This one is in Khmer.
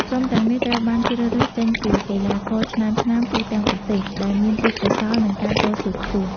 ក្រុមទាំងនេះត្រូវបានជ្រើសរើសចេញពីកីឡាករឆ្នើមៗទូទាំងប្រទេស ដែលមានទេពកោសល្យ និងការតស៊ូខ្ពស់។